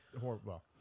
horrible